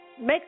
make